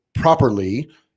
properly